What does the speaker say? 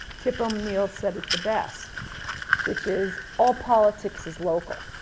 tip o'neill said it the best which is, all politics is local.